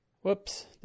Whoops